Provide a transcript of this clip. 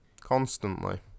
constantly